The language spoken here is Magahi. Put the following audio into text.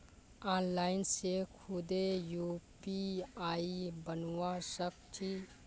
आनलाइन से खुदे यू.पी.आई बनवा सक छी